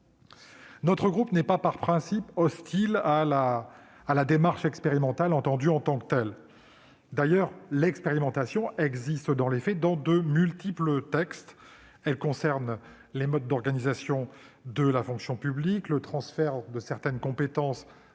Républicain n'est pas, par principe, hostile à la démarche expérimentale en tant que telle. D'ailleurs, l'expérimentation existe dans de multiples textes : elle concerne les modes d'organisation de la fonction publique ou le transfert de certaines compétences